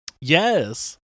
Yes